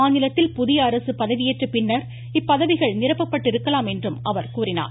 மாநிலத்தில் புதியஅரசு பதவியேற்ற பின்னர் இப்பதவிகள் நிரப்பப்பட்டிருக்கலாம் என்றும் அவர் கூறினார்